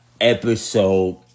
episode